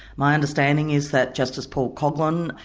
my understanding is that justice paul coghlan,